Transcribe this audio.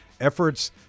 efforts